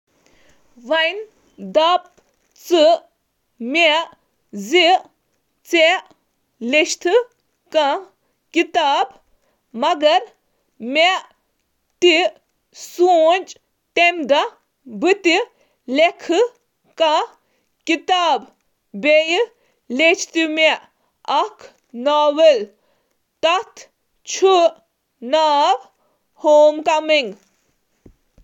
تۄہہِ پرٛژھ مےٚ، کیا مےٚ چھےٚ زانٛہہ کانٛہہ کِتاب لیٚچھمٕژ، تہٕ أمۍ کٔر مےٚ متٲثر! مےٚ کوٚر تَمہِ وِزِ اکھ کِتاب لیکھنُک فٲصلہٕ۔ مگر مےٚ لیچھ اکھ ناول یتھ "ہوم کمنگ" ناو چُھ۔